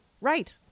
right